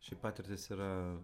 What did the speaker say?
šiaip patirtys yra